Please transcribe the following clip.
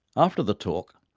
after the talk,